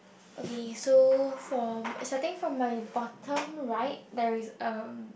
okay so from starting from my bottom right there is um